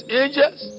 angels